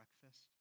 breakfast